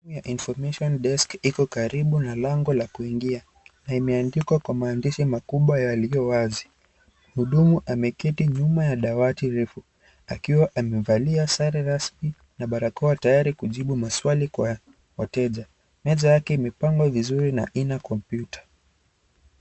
Sehemu ya information desk iko karibu na lango la kuingia. Na imeandikwa kwa maandishi makubwa yaliyo wazi. Mhudumu ameketi nyuma ya dawati refu, akiwa amevalia sare rasmi na barakoa tayari kujibu maswali kwa wateja. Meza yake imepangwa vizuri na ina kompyuta.